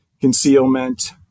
concealment